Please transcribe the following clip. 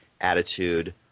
attitude